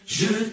je